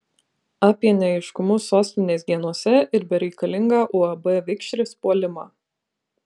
apie neaiškumus sostinės dienose ir bereikalingą uab vikšris puolimą